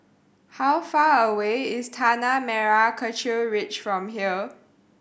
how far away is Tanah Merah Kechil Ridge from here